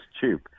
tube